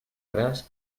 braç